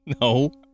No